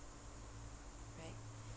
right